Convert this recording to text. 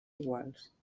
iguals